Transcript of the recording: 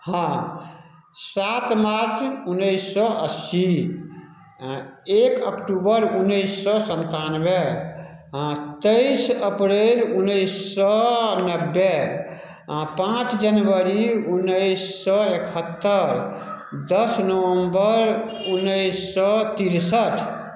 हँ सात मार्च उन्नैस सए अस्सी एक अक्टूबर उन्नैस सए सन्तानवे हँ तेइस अप्रैल उनैस सए नब्बे पाँच जनवरी उन्नैस सए एकहत्तरि दस नवम्बर उन्नैस सए तिरसठि